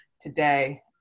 today